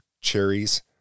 cherries